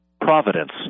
providence